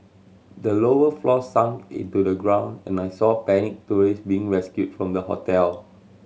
the lower floors sunk into the ground and I saw panicked tourist being rescued from the hotel